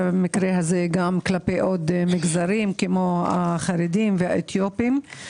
במקרה הזה גם כלפי עוד מגזרים כמו החרדים והאתיופים.